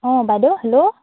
অঁ বাইদেউ হেল্ল'